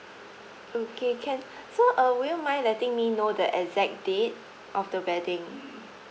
okay can so uh would you mind letting me know the exact date of the wedding